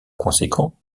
conséquent